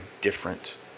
different